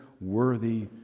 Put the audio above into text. worthy